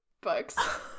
books